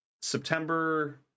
September